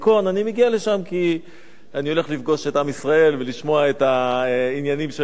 אני מגיע לשם כי אני הולך לפגוש את עם ישראל ולשמוע את העניינים שלו שם.